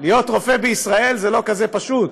להיות רופא בישראל זה לא כזה פשוט.